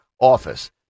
office